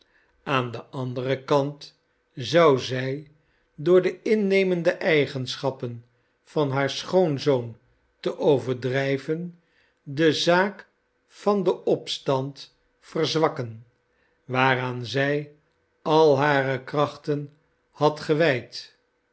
aan den anderen kant zou zij door de innemende eigenschappen van haar schoonzoon te overdrijven de zaak van den opstand verzwakken waaraan zij al hare krachten had gewijd